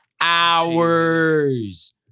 hours